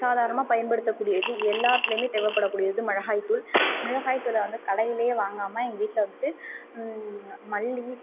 சாதாரணமாக பயன்படுத்தக்கூடியது எல்லாத்துலையுமே தேவைப்படக்கூடியது மிளகாய்தூள் மிளகாய்த்தூளை வந்து கடையில் வாங்காமல் எங்கள் வீட்டில் வந்துட்டு மல்லி